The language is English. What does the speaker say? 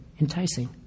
enticing